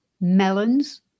melons